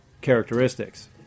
characteristics